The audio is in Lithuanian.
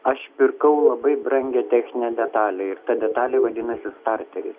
aš pirkau labai brangią techninę detalę ir ta detalė vadinasi starteris